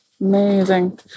Amazing